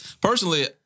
personally